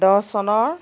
দহ চনৰ